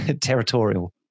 territorial